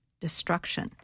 destruction